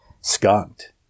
skunked